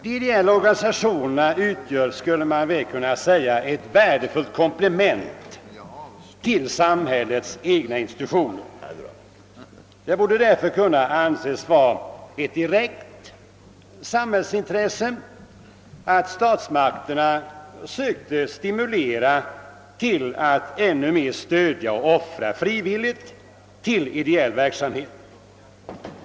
De ideella organisationerna utgör, skulle man väl kunna säga, ett värdefullt komplement till samhällets egna institutioner. Det borde därför kunna anses vara ett direkt samhällsintresse att statsmakterna sökte stimulera till att människor ännu mera stödde och offrade frivilligt till ideell verksamhet.